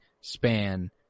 span